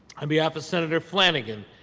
um behalf of senator flanagan,